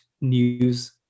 news